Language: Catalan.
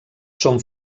són